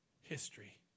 history